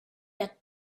that